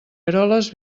eroles